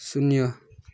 शून्य